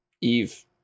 eve